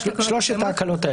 שלוש ההקלות האלה.